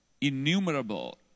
innumerable